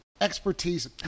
expertise